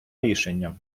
рішення